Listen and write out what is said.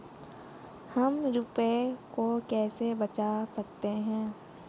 हम रुपये को कैसे बचा सकते हैं?